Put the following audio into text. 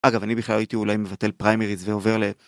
אגב, אני בכלל הייתי אולי מבטל פריימריז ועובר ל...